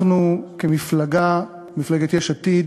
אנחנו כמפלגה, מפלגת יש עתיד,